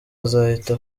azahita